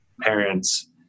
parents